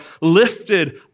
lifted